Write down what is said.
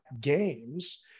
games